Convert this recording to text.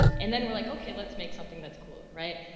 and then we're like, okay, let's make something that's cool, right?